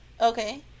okay